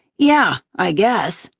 yeah, i guess,